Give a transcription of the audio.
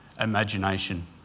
imagination